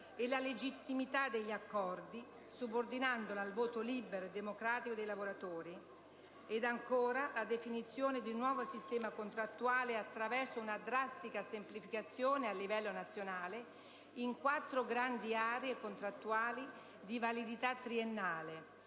e la legittimità degli accordi subordinandola al voto libero e democratico dei lavoratori; 2. ridefinire un nuovo sistema contrattuale attraverso una drastica semplificazione a livello nazionale in quattro grandi aree contrattuali di validità triennale